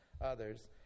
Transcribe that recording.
others